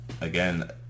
Again